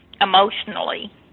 emotionally